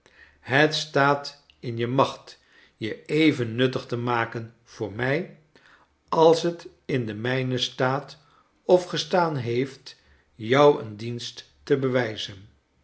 het staat in je macht je even nuttig te maken voor mij als het in de mijne staat of gestaan heeft jou een dienst te bewijzen